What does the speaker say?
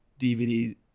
dvd